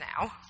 now